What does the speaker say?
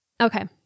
Okay